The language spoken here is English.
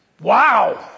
Wow